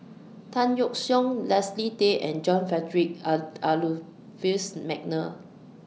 Tan Yeok Seong Leslie Tay and John Frederick Adolphus Mcnair